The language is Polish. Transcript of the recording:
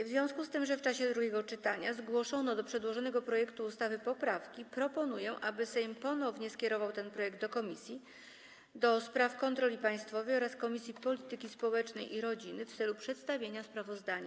W związku z tym, że w czasie drugiego czytania zgłoszono do przedłożonego projektu ustawy poprawki, proponuję, aby Sejm ponownie skierował ten projekt do Komisji do Spraw Kontroli Państwowej oraz Komisji Polityki Społecznej i Rodziny w celu przedstawienia sprawozdania.